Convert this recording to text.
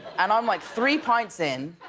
and i'm like three pints in,